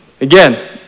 Again